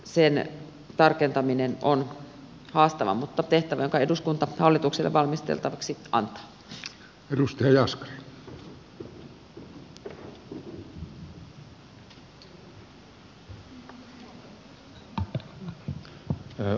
sen tarkentaminen on haastavaa mutta tehtävä jonka eduskunta hallitukselle valmisteltavaksi antaa